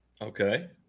Okay